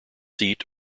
seat